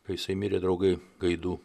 kai jisai mirė draugai gaidų